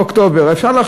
קיץ.